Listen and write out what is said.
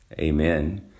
amen